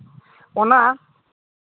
ᱚᱱᱟ